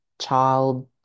child